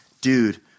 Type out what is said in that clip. dude